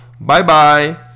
Bye-bye